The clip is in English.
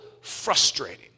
frustrating